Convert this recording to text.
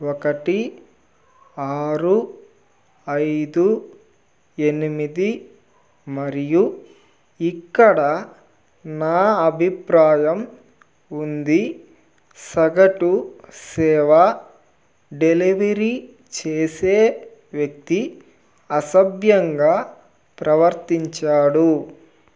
ఒకటి ఆరు ఐదు ఎనిమిది మరియు ఇక్కడ నా అభిప్రాయం ఉంది సగటు సేవ డెలివరీ చేసే వ్యక్తి అసభ్యంగా ప్రవర్తించాడు